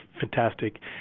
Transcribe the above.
fantastic